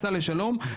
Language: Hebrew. סע לשלום,